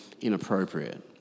inappropriate